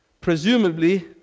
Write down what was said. presumably